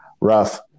rough